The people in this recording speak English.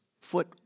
foot